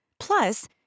Plus